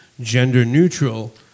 gender-neutral